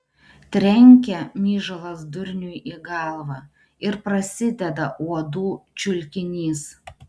trenkia myžalas durniui į galvą ir prasideda uodų čiulkinys